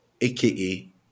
aka